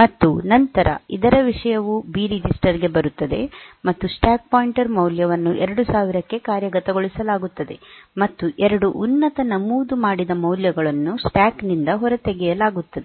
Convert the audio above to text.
ಮತ್ತು ನಂತರ ಇದರ ವಿಷಯವು ಬಿ ರಿಜಿಸ್ಟರ್ ಗೆ ಬರುತ್ತದೆ ಮತ್ತು ಸ್ಟ್ಯಾಕ್ ಪಾಯಿಂಟರ್ ಮೌಲ್ಯವನ್ನು 2000 ಕ್ಕೆ ಕಾರ್ಯಗತಗೊಳಿಸಲಾಗುತ್ತದೆ ಮತ್ತು 2 ಉನ್ನತ ನಮೂದು ಮಾಡಿದ ಮೌಲ್ಯಗಳನ್ನು ಸ್ಟ್ಯಾಕ್ನಿಂದ ಹೊರತೆಗೆಯಲಾಗುತ್ತದೆ